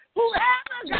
whoever